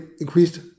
increased